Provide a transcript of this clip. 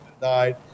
died